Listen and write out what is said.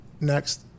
Next